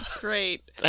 Great